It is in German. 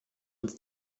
uns